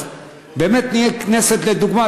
אז באמת נהיה כנסת לדוגמה,